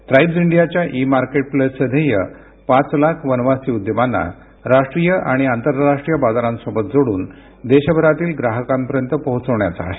tribes इंडियाच्या e मार्केटप्लेसचे ध्येय पाच लाख वनवासी उद्यमांना राष्ट्रीय आणि आंतरराष्ट्रीय बाजारांसोबत जोडून देशभरातील ग्राहकांपर्यंत पोहोचवण्याचं आहे